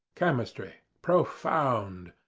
chemistry profound.